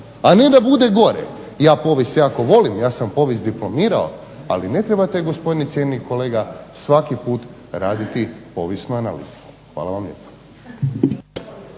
a ne da bude gore. Ja povijest jako volim, ja sam povijest diplomirao ali ne trebate gospodine cijenjeni kolega svaki put raditi povijesnu analizu. Hvala vam lijepa.